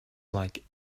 like